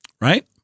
right